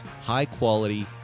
high-quality